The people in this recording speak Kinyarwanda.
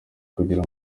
kugira